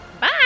Bye